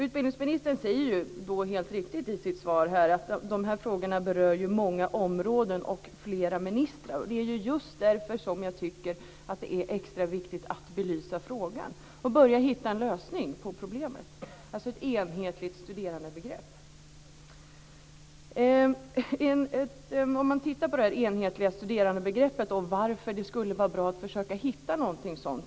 Utbildningsministern säger helt riktigt i sitt svar att de här frågorna berör många områden och flera ministrar. Det är ju just därför som jag tycker att det är extra viktigt att belysa frågan och börja hitta en lösning på problemet, alltså ett enhetligt studerandebegrepp. Vi kan titta på det här enhetliga studerandebegreppet och varför det skulle vara bra att försöka hitta något sådant.